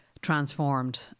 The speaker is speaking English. transformed